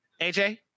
AJ